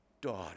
daughter